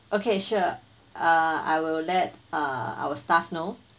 okay sure uh I will let uh our staff know